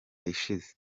ishize